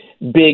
big